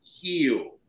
heal